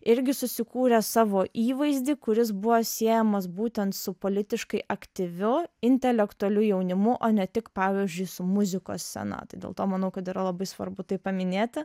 irgi susikūrė savo įvaizdį kuris buvo siejamas būtent su politiškai aktyviu intelektualiu jaunimu o ne tik pavyzdžiui su muzikos scena dėl to manau kad yra labai svarbu tai paminėti